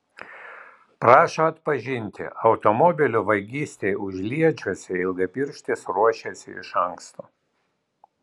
prašo atpažinti automobilio vagystei užliedžiuose ilgapirštis ruošėsi iš anksto